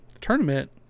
tournament